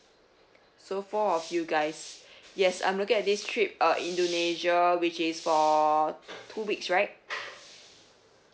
so four of you guys yes I'm looking at this trip uh indonesia which is for two weeks right